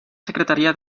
secretaria